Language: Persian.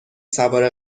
سوار